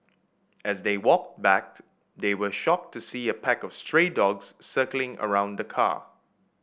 as they walked back they were shocked to see a pack of stray dogs circling around the car